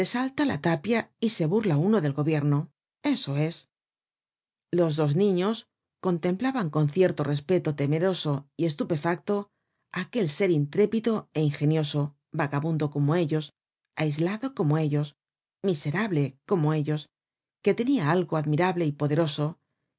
salta la tapia y se burla uno del gobierno eso es los dos niños contemplaban con cierto respeto temeroso y estupefacto á aquel ser intrépido é ingenioso vagabundo como ellos aislado como ellos miserable como ellos que tenia algo admirable y poderoso